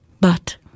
But